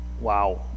Wow